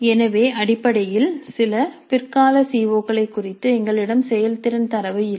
எனவே அடிப்படையில் சில பிற்கால சிஓக்கள் குறித்து எங்களிடம் செயல்திறன் தரவு இல்லை